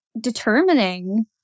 determining